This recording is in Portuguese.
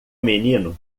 menino